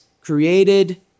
created